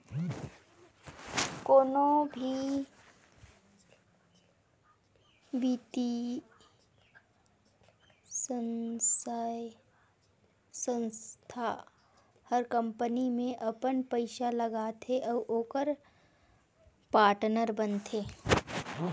कोनो भी बित्तीय संस्था हर कंपनी में अपन पइसा लगाथे अउ ओकर पाटनर बनथे